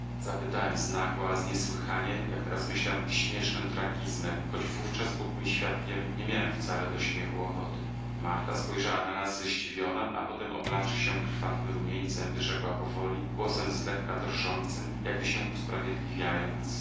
zapytałem znagła z niesłychanie jak teraz myślę śmiesznym tragizmem choć wówczas bóg świadkiem nie miałem wcale do śmiechu ochoty marta spojrzała na nas zdziwiona a potem oblawszy się krwawym rumieńcem wyrzekła powoli głosem z lekka drżącym jakby się usprawiedliwiając